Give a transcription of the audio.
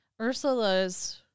Ursula's